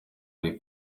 ari